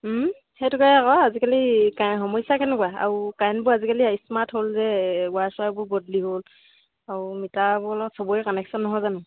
সেইটোকে আকৌ আজিকালি সমস্যা কেনেকুৱা আৰু কাৰেণ্টবোৰ আজিকালি স্মাৰ্ট হ'ল যে ৱাৰ চোৱাৰবোৰ বদলি হ'ল আৰু মিটাৰবোৰ অলপ চবৰে কানেকশ্যন নহয় জানো